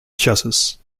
chassis